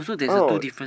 oh